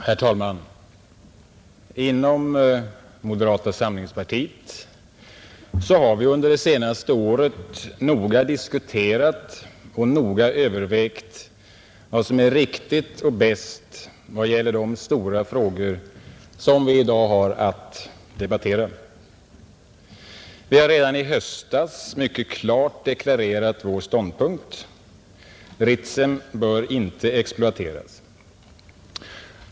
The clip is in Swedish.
Herr talman! Inom moderata samlingspartiet har vi under det senaste året noga diskuterat och noga övervägt vad som är riktigt och bäst när det gäller de stora frågor som vi i dag har att debattera. Vi har redan i höstas mycket klart deklarerat vår ståndpunkt: Ritsem bör inte exploateras.